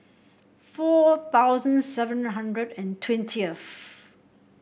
four thousand seven hundred and twentieth